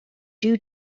due